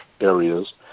areas